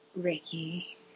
Ricky